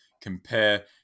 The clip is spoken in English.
compare